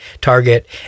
target